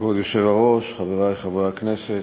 כבוד היושב-ראש, חברי חברי הכנסת,